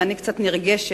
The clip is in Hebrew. ואני קצת נרגשת,